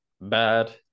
bad